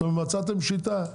מצאתם שיטה,